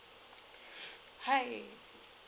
hi